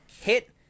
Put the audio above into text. hit